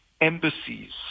embassies